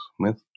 Smith